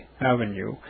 Avenue